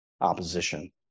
opposition